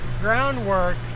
groundwork